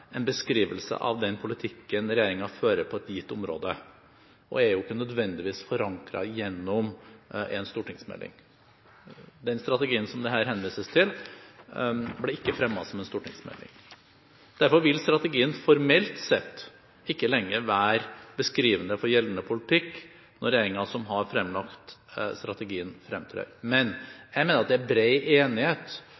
er ikke nødvendigvis forankret gjennom en stortingsmelding. Den strategien som det her henvises til, ble ikke fremmet som en stortingsmelding. Derfor vil strategien – formelt sett – ikke lenger være beskrivende for gjeldende politikk når regjeringen som har fremlagt strategien,